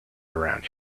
around